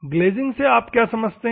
glazing से आप क्या समझते हैं